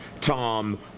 tom